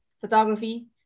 photography